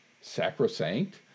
sacrosanct